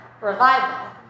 revival